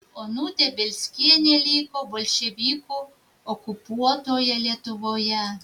onutė bielskienė liko bolševikų okupuotoje lietuvoje